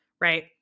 right